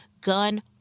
gun